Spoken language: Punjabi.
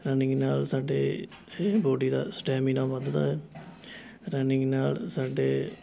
ਰਨਿੰਗ ਨਾਲ਼ ਸਾਡੇ ਬੌਡੀ ਦਾ ਸਟੈਮਿਨਾ ਵੱਧਦਾ ਹੈ ਰਨਿੰਗ ਨਾਲ਼ ਸਾਡੇ